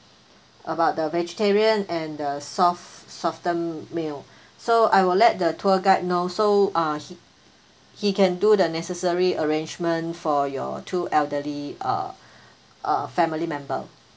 about the vegetarian and the soft soften meal so I will let the tour guide know so ah he he can do the necessary arrangement for your two elderly uh family member